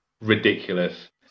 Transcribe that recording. ridiculous